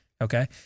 Okay